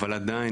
אבל עדיין,